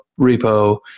repo